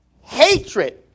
hatred